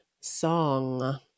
song